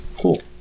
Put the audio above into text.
cool